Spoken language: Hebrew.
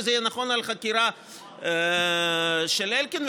וזה יהיה נכון על חקירה של אלקין,